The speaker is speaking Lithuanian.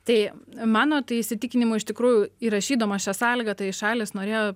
tai mano įsitikinimu iš tikrųjų įrašydamos šią sąlygą tai šalys norėjo